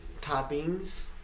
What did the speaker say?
toppings